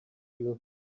you